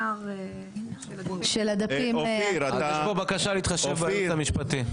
יש פה בקשה להתחשב בייעוץ המשפטי.